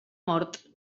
mort